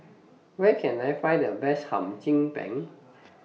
Where Can I Find The Best Hum Chim Peng